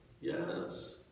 Yes